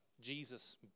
Jesus